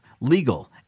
legal